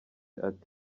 ati